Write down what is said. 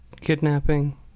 kidnapping